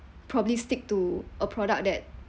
probably stick to a product that